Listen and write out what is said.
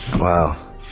Wow